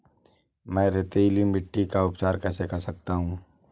मैं रेतीली मिट्टी का उपचार कैसे कर सकता हूँ?